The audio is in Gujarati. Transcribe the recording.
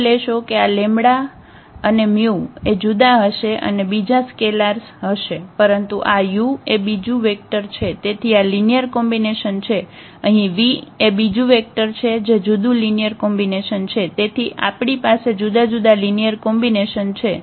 નોંધ લેશો કે આ 𝜆′ અને 𝜇′ એ જુદા હશે અને બીજા સ્કેલાર્સ થશે પરંતુ આ 𝑢 એ બીજું વેક્ટર છે તેથી આ લિનિયર કોમ્બિનેશન છે અહીં 𝑣 એ બીજું વેક્ટર છે જે જુદું લિનિયર કોમ્બિનેશન છે તેથી આપણી પાસે જુદા જુદા લિનિયર કોમ્બિનેશન છે